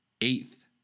Eighth